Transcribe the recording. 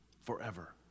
forever